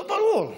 לא ברור.